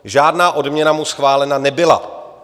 Žádná odměna mu schválena nebyla.